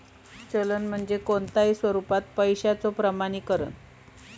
चलन म्हणजे कोणताही स्वरूपात पैशाचो प्रमाणीकरण